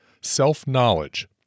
Self-Knowledge